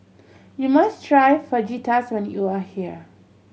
you must try Fajitas when you are here